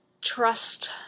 trust